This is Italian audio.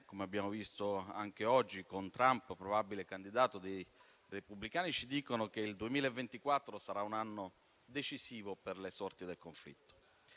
come abbiamo visto anche oggi, con Trump probabile candidato dei repubblicani, ci dicono che il 2024 sarà un anno decisivo per le sorti del conflitto.